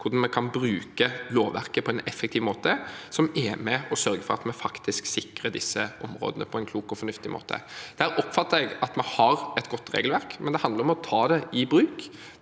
hvordan vi kan bruke lovverket på en effektiv måte som er med og sørger for at vi faktisk sikrer disse områdene på en klok og fornuftig måte. Der oppfatter jeg at vi har et godt regelverk, men det handler om å ta det i bruk.